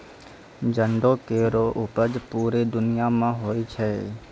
जंडो केरो उपज पूरे दुनिया म होय छै